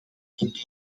tot